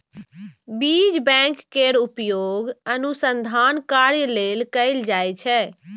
बीज बैंक केर उपयोग अनुसंधान कार्य लेल कैल जाइ छै